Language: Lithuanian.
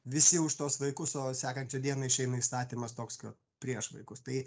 visi už tuos vaikus o sekančią dieną išeina įstatymas toks ka prieš vaikus tai